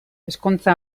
ezkontza